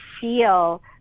feel